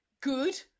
good